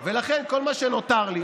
ולכן, כל מה שנותר לי